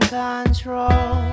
control